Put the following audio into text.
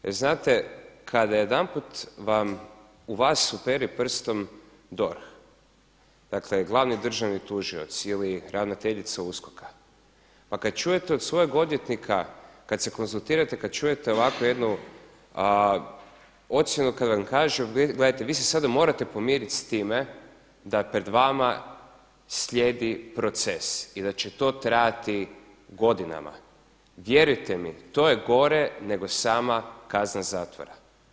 Jer znate, kada jedanput vam u vas uperi prstom DORH, dakle glavni državni tužilac ili ravnateljica USKOK-a, pa kada čujete od svog odvjetnika, kada se konzultirate, kada čujete ovako jednu ocjenu kada vam kaže, gledajte vi se sada morate pomiriti s time da pred vama slijedi proces i da će to trajati godinama, vjerujte mi to je gore nego sama kazna zatvora.